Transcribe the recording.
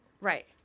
right